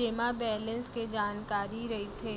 जेमा बेलेंस के जानकारी रइथे